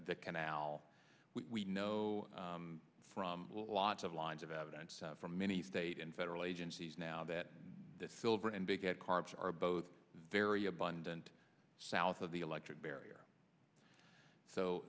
the canal we know from lots of lines of evidence from many state and federal agencies now that the silver and big carbs are both very abundant south of the electric barrier so